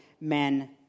men